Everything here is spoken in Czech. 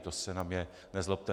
To se na mě nezlobte.